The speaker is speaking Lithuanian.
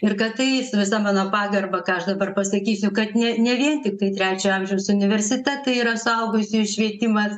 ir kad tai su visa mano pagarba ką aš dabar pasakysiu kad ne ne vien tiktai trečiojo amžiaus universitetai yra suaugusiųjų švietimas